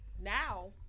Now